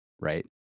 Right